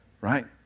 right